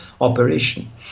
operation